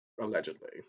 Allegedly